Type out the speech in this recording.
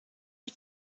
you